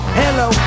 hello